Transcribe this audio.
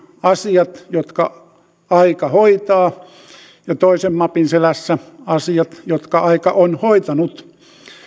asiat jotka aika hoitaa ja toisen mapin selässä asiat jotka aika on hoitanut